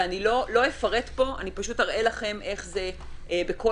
אני לא אפרט פה, אני אראה לכם איך זה בכל